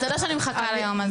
אתה יודע שאני מחכה ליום הזה.